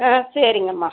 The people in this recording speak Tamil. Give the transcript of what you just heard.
ஆ சரிங்கம்மா